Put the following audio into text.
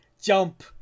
jump